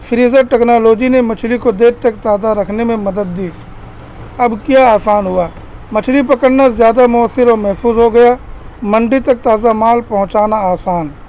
freezer technology نے مچھلی کو دیر تک تازہ رکھنے میں مدد دی اب کیا آسان ہوا مچھلی پکڑنا زیادہ مؤثر و محفوظ ہو گیا منڈی تک تازہ مال پہنچانا آسان